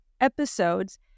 episodes